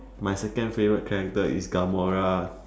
my second favourite character is gamora